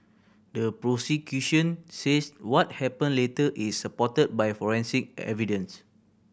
the prosecution says what happened later is supported by forensic evidence